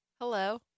Hello